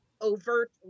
overt